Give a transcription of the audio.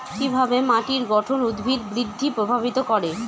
কিভাবে মাটির গঠন উদ্ভিদ বৃদ্ধি প্রভাবিত করে?